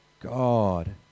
God